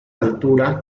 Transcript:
altura